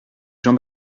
jean